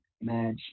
match